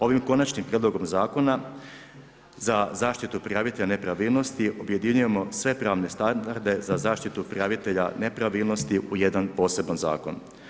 Ovim Konačnim prijedlogom Zakona za zaštitu prijavitelja nepravilnosti objedinjujemo sve pravne standarde za zaštitu prijavitelja nepravilnosti u jedan poseban zakon.